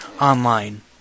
online